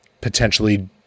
potentially